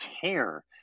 care